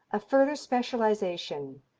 a further specialization,